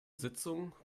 sitzung